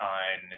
on